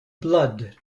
blood